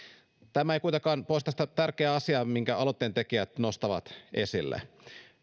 tämä ei kuitenkaan poista sitä tärkeää asiaa minkä aloitteen tekijät nostavat esille